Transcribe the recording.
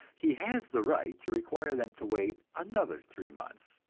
he has the right to require them to wait another three months.